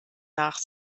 nach